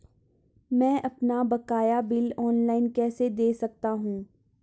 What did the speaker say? मैं अपना बकाया बिल ऑनलाइन कैसे दें सकता हूँ?